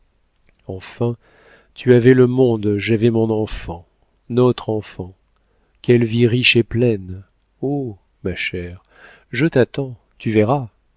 enfin tu avais le monde j'avais mon enfant notre enfant quelle vie riche et pleine oh ma chère je t'attends tu verras